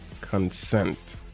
consent